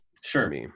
Sure